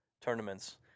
tournaments